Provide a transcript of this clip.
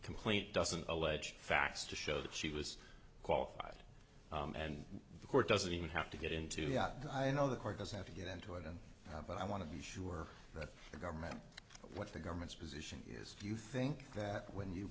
complaint doesn't alleged facts to show that she was qualified and the court doesn't even have to get into yeah i know the court doesn't have to get into it and but i want to be sure that the government what the government's position is do you think that when you